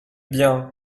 bien